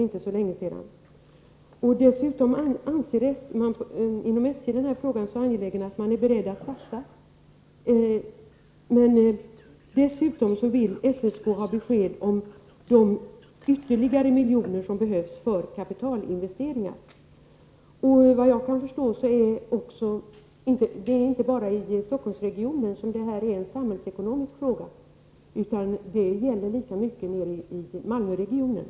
Inom SJ anser man den här frågan så angelägen, att man är beredd att satsa. Dessutom vill SSK ha besked om de ytterligare miljoner som behövs för kapitalinvesteringar. Såvitt jag kan förstå är det inte bara i Stockholmsregionen som trafiksatsningarna är en samhällsekonomisk fråga. Det är de lika mycket i Malmöre gionen.